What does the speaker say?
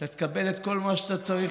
אתה תקבל את כל מה שאתה צריך,